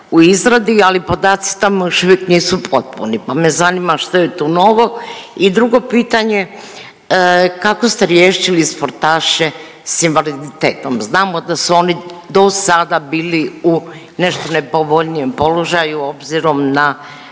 u izradi, ali podaci tamo još uvijek nisu potpuni pa me zanima što je tu novo? I drugo pitanje, kako ste riješili sportaše s invaliditetom? Znamo da su oni dosada bili u nešto nepovoljnijem položaju obzirom na